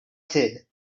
said